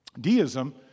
Deism